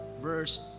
verse